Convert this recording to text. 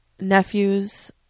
nephews